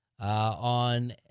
On